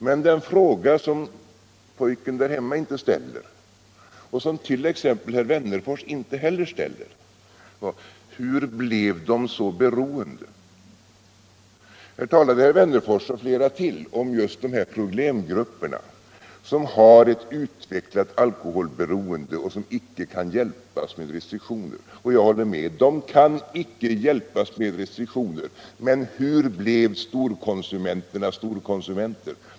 Men den fråga som pojken där hemma inte ställer — och som t.ex. herr Wennerfors inte heller ställer - är: Hur blev de så beroende? Här talade herr Wennerfors och flera till om just dessa problemgrupper som har ett utvecklat alkoholberoende och som icke kan hjälpas med restriktioner. Jag håller med — de kan icke hjälpas med restriktioner — men hur blev storkonsumenterna storkonsumenter?